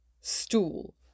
stool